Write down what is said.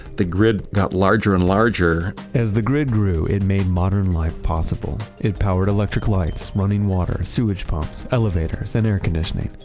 the grid got larger and larger as the grid grew, it made modern life possible. it powered electric lights, running water, sewage pumps, elevators, and air conditioning.